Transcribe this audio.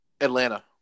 Atlanta